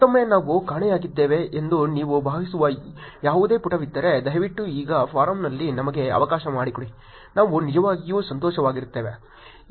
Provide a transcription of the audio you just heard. ಮತ್ತೊಮ್ಮೆ ನಾವು ಕಾಣೆಯಾಗಿದ್ದೇವೆ ಎಂದು ನೀವು ಭಾವಿಸುವ ಯಾವುದೇ ಪುಟವಿದ್ದರೆ ದಯವಿಟ್ಟು ಈಗ ಫೋರಂನಲ್ಲಿ ನಮಗೆ ಅವಕಾಶ ಮಾಡಿಕೊಡಿ ನಾವು ನಿಜವಾಗಿಯೂ ಸಂತೋಷವಾಗಿರುತ್ತೇವೆ